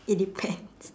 it depends